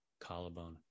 Collarbone